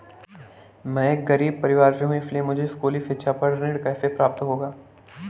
मैं एक गरीब परिवार से हूं इसलिए मुझे स्कूली शिक्षा पर ऋण कैसे प्राप्त होगा?